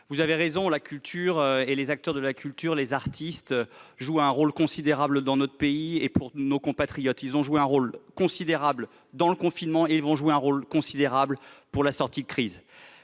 vous avez raison, les acteurs de la culture, notamment les artistes, jouent un rôle considérable dans notre pays et pour nos compatriotes. Ils ont joué un rôle considérable pendant le confinement et ils vont jouer un rôle considérable pour la sortie de crise.